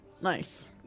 Nice